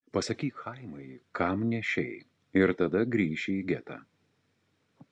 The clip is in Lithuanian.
pasakyk chaimai kam nešei ir tada grįši į getą